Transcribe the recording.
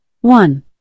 One